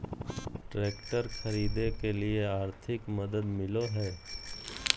Tractor खरीदे के लिए आर्थिक मदद मिलो है?